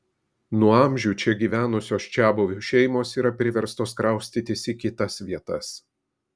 nuo amžių čia gyvenusios čiabuvių šeimos yra priverstos kraustytis į kitas vietas